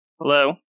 Hello